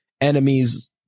enemies